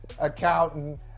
accountant